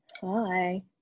Hi